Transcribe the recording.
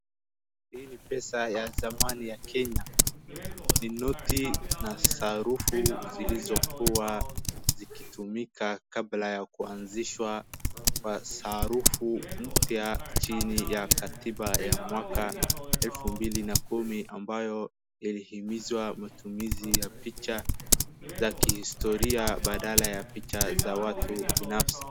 Hii ni pesa ya zamani ya Kenya, ni noti na sarufu zilizokuwa zikitumika kabla ya kuanzishwa kwa sarufu mpya chini ya katiba ya mwaka 2010 ambayo ilihimiza matumizi ya picha za kihistoria badala ya picha za watu binafsi.